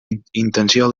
intenció